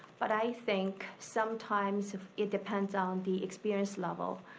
but i think sometimes it depends on the experience level.